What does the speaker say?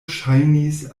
ŝajnis